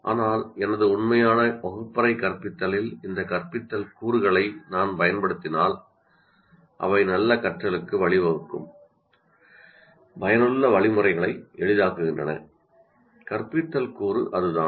ஆனால் எனது உண்மையான வகுப்பறை கற்பித்தலில் இந்த கற்பித்தல் கூறுகளை நான் பயன்படுத்தினால் அவை நல்ல கற்றலுக்கு வழிவகுக்கும் பயனுள்ள வழிமுறைகளை எளிதாக்குகின்றன கற்பித்தல் கூறு அதுதான்